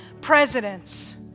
presidents